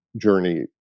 journey